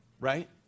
Right